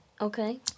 Okay